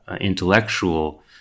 intellectual